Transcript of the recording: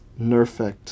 nerfect